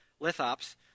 Lithops